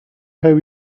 have